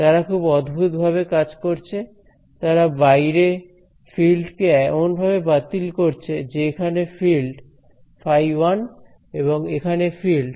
তারা খুব অদ্ভুত ভাবে কাজ করছে তারা বাইরে ফিল্ড কে এমনভাবে বাতিল করছে যে এখানে ফিল্ড φ1এবং এখানে ফিল্ড φ2